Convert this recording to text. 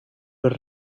were